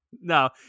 No